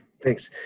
thanks.